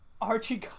archie